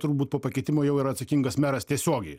turbūt po pakeitimo jau yra atsakingas meras tiesiogiai